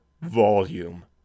volume